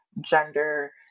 gender